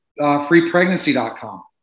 freepregnancy.com